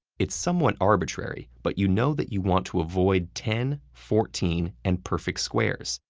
it's somewhat arbitrary, but you know that you want to avoid ten, fourteen, and perfect squares,